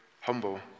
humble